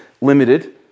limited